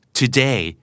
today